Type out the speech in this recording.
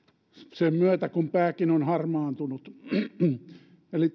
sen myötä kun pääkin on harmaantunut eli